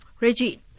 Reggie